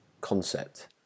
concept